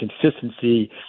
consistency